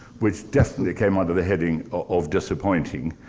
which definitely came under the heading of disappointing.